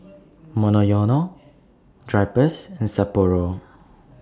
Monoyono Drypers and Sapporo